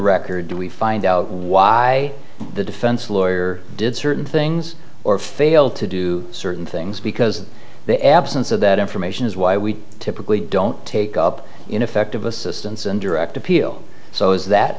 record do we find out why the defense lawyer did certain things or fail to do certain things because the absence of that information is why we typically don't take up ineffective assistance and direct appeal so as that